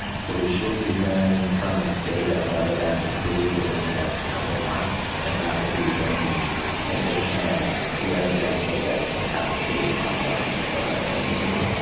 so we should be hearing from the state on whether that's approved within the next couple of months. and that will be bringing additional residential bed capacity online for our community.